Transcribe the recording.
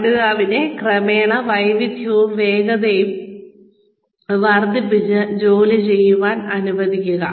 പഠിതാവിനെ ക്രമേണ വൈദഗ്ധ്യവും വേഗതയും വർദ്ധിപ്പിച്ച് ജോലി ചെയ്യാൻ അനുവദിക്കുക